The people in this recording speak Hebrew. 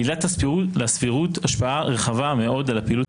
לעילת הסבירות השפעה רחבה מאוד על הפעילות